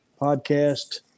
podcast